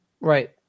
Right